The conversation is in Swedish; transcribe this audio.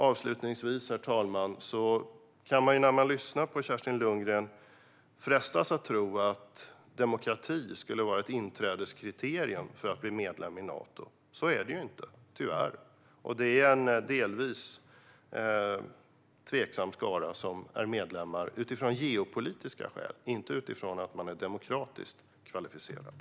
Avslutningsvis, herr talman, kan man när man lyssnar på Kerstin Lundgren frestas att tro att demokrati skulle vara ett inträdeskriterium för att bli medlem i Nato. Så är det ju tyvärr inte. Det är en delvis tveksam skara som är medlemmar av geopolitiska skäl, inte för att dessa länder är demokratiskt kvalificerade.